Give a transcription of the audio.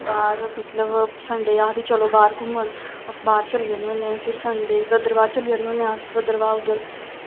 बाह्र मतलब संडे आखदे चलो बाह्र घूमन अस बाह्र चली जाने होन्ने फिर संडे ई भद्रवाह् चली जन्ने होन्ने अस भद्रवाह् उद्धर